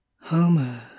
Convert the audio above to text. homer